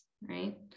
right